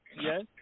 yes